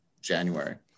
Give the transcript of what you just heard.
January